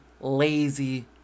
lazy